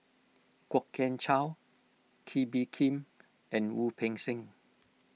Kwok Kian Chow Kee Bee Khim and Wu Peng Seng